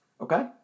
okay